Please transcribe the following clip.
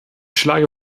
schlage